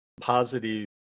positive